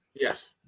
Yes